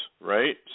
right